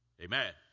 Amen